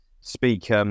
speak